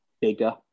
bigger